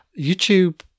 YouTube